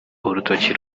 urutoki